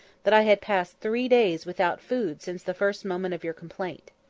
that i had passed three days without food since the first moment of your complaint.